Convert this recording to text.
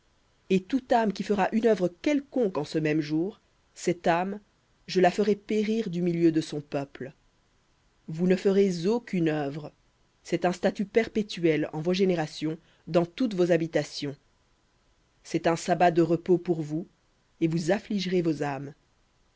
et toute âme qui fera une œuvre quelconque en ce même jour cette âme je la ferai périr du milieu de son peuple vous ne ferez aucune œuvre un statut perpétuel en vos générations dans toutes vos habitations cest un sabbat de repos pour vous et vous affligerez vos âmes